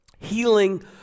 healing